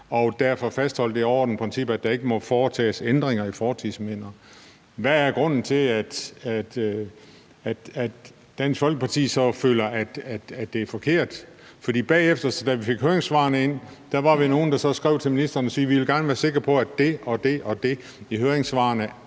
og derfor fastholde det overordnede princip, at der ikke må foretages ændringer i fortidsminder. Hvad er grunden til, at Dansk Folkeparti så føler, at det er forkert? For bagefter, da vi fik høringssvarene ind, var vi nogle, der skrev til ministeren for at sige, at vi gerne ville være sikre på, at det og det i høringssvarene